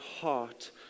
heart